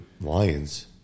Lions